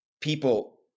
people